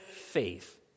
faith